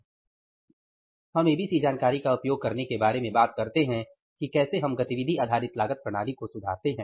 अब हम एबीसी जानकारी का उपयोग करने के बारे में बात करते हैं कि कैसे हम गतिविधि आधारित लागत प्रणाली को सुधारते हैं